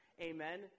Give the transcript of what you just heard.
Amen